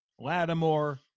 Lattimore